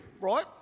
right